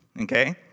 Okay